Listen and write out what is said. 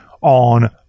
on